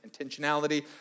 intentionality